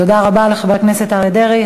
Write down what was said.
תודה רבה לחבר הכנסת אריה דרעי.